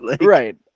Right